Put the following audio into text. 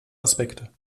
aspekte